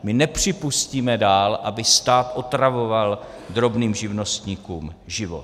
My nepřipustíme dál, aby stát otravoval drobným živnostníkům život.